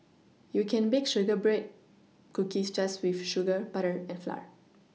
you can bake shortbread cookies just with sugar butter and flour